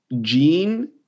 Gene